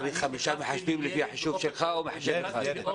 לפי החישוב שלך הוא מקבל חמישה מחשבים?